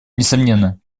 несомненно